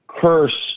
Curse